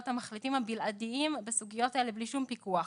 המחליטים הבלעדיים בסוגיות האלה בלי שום פיקוח.